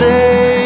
Say